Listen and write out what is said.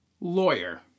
lawyer